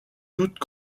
toute